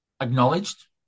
acknowledged